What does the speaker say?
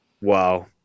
Wow